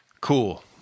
cool